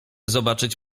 zobaczyć